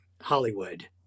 Hollywood